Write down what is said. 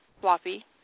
Floppy